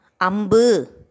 AMBU